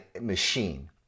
machine